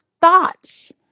thoughts